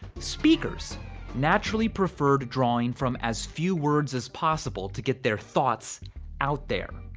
speakers naturally preferred drawing from as few words as possible to get their thoughts out there.